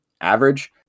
average